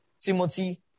Timothy